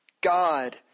God